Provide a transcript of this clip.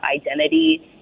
identity